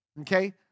Okay